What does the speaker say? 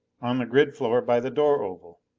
on the grid floor by the door oval.